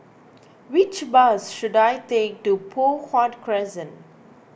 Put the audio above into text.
which bus should I take to Poh Huat Crescent